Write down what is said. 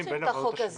החוק הזה